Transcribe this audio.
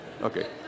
Okay